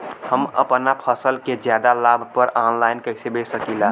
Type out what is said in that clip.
हम अपना फसल के ज्यादा लाभ पर ऑनलाइन कइसे बेच सकीला?